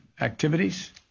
activities